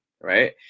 Right